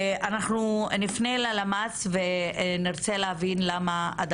אנחנו נפנה ללמ"ס ונרצה להבין למה עד